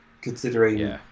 considering